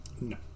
no